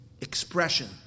expression